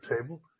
table